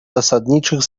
zasadniczych